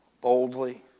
boldly